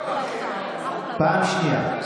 פעם שנייה.